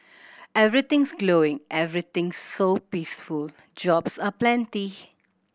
everything's glowing everything's so peaceful jobs are plenty